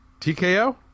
TKO